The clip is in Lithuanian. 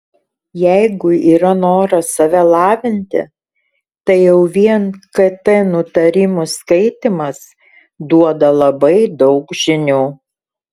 jeigu yra noras save lavinti tai jau vien kt nutarimų skaitymas duoda labai daug žinių